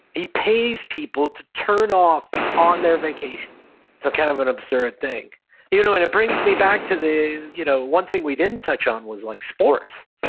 he pays people to turn off on their vacation. it's kind of an absurd thing you know and it brings me back to the, you know one thing we didn't touch on was like sports.